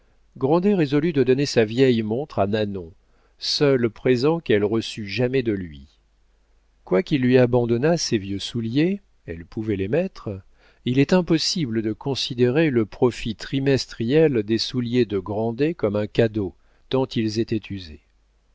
résolut de donner sa vieille montre à nanon seul présent qu'elle reçut jamais de lui quoiqu'il lui abandonnât ses vieux souliers elle pouvait les mettre il est impossible de considérer le profit trimestriel des souliers de grandet comme un cadeau tant ils étaient usés